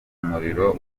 umuriro